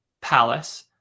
Palace